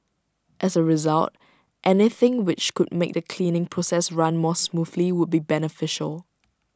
as A result anything which could make the cleaning process run more smoothly would be beneficial